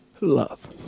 love